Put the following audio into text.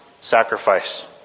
sacrifice